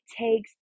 takes